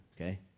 okay